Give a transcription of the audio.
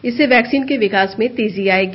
इससे वैक्सीन के विकास में तेजी आएगी